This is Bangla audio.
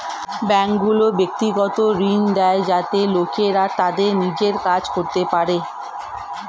ব্যাঙ্কগুলি ব্যক্তিগত ঋণ দেয় যাতে লোকেরা তাদের নিজের কাজ করতে পারে